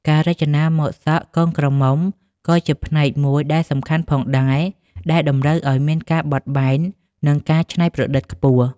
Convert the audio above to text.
ការរចនាម៉ូដសក់កូនក្រមុំក៏ជាផ្នែកមួយដែលសំខាន់ផងដែរ ដែលតម្រូវឱ្យមានការបត់បែន និងការច្នៃប្រឌិតខ្ពស់។